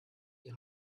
die